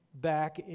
back